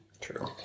True